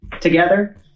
together